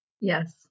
Yes